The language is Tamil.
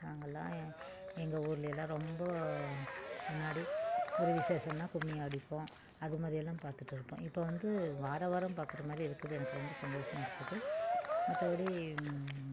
நாங்கள்லாம் எங்கள் ஊரிலையெல்லாம் ரொம்போ முன்னாடி ஒரு விசேஷம்னா கும்மி அடிப்போம் அது மாதிரியெல்லாம் பார்த்துட்டு இருப்போம் இப்போ வந்து வாரம் வாரம் பார்க்குற மாதிரி இருக்குது எனக்கு ரொம்ப சந்தோஷமாக இருக்குது மற்றபடி